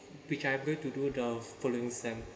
which I'm going to do the following sem